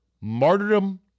Martyrdom